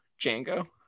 Django